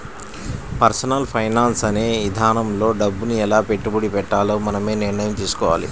personal finance అనే ఇదానంలో డబ్బుని ఎలా పెట్టుబడి పెట్టాలో మనమే నిర్ణయం తీసుకోవాలి